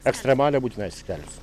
ekstremalią būtinai skelbs